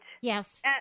Yes